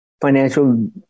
financial